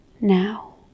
now